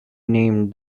named